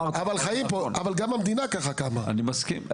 אני מסכים.